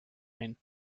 ein